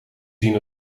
zien